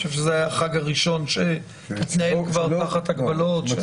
אני חושב שזה היה החג הראשון שהתנהל כבר תחת הגבלות.